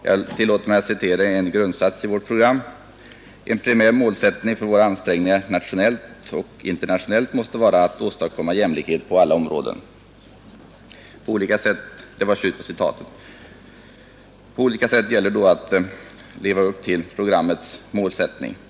Jag tillåter mig att här citera en grundsats i vårt program: ”En primär målsättning för våra ansträngningar nationellt och internationellt måste vara att åstadkomma jämlikhet på alla områden.” Det gäller alltså att på olika sätt leva upp till det programmets målsättning.